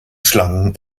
schlangen